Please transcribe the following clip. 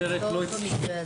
לא קשור לאצבעות במקרה הזה.